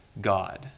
God